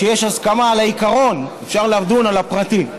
כשיש הסכמה על העיקרון, אפשר לדון על הפרטים.